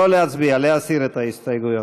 לא להצביע, להסיר את ההסתייגויות.